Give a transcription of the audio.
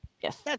Yes